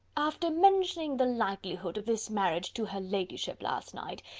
after mentioning the likelihood of this marriage to her ladyship last night,